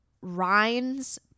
Rhines